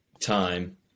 Time